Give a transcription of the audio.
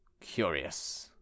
Curious